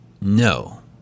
No